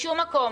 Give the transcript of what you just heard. בשום מקום,